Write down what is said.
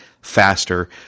faster